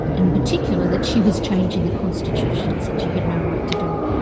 in particular that she was changing the constitutions and she had no right to do it.